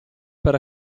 per